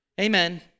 Amen